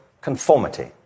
conformity